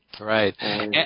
Right